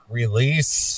release